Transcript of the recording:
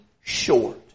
short